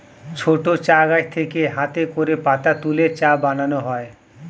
ছোট চা গাছ থেকে হাতে করে পাতা তুলে চা বানানো হয়